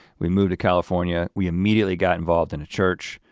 we moved to california, we immediately got involved in a church,